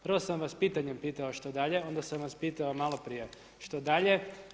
Prvo sam vas pitanjem pitao što dalje, onda sam vas pitao maloprije što dalje.